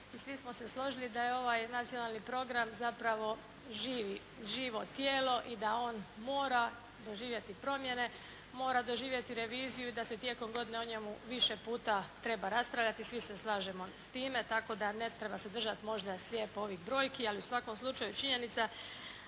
svi smo se složili da je ovaj nacionalni program zapravo živo tijelo i da on mora doživjeti promjene, mora doživjeti reviziju i da se tijekom godine o njemu više puta treba raspravljati. Svi se slažemo s time tako da ne treba se držati možda slijepo ovih brojki. Ali u svakom slučaju činjenica